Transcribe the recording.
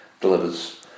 delivers